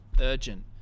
urgent